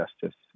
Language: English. justice